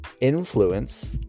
influence